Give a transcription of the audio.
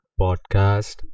Podcast